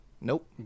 Nope